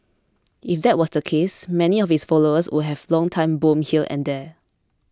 if that was the case many of his followers would have long time bomb here and there